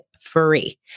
free